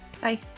Bye